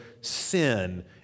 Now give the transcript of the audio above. sin